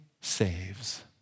saves